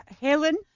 Helen